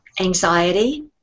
anxiety